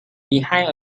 behind